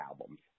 albums